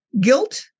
guilt